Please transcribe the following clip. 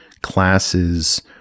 classes